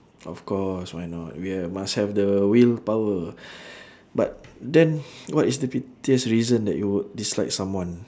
of course why not we must have the willpower but then what is the pettiest reason that you would dislike someone